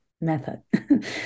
method